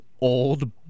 Old